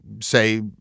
say